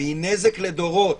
והיא נזק לדורות.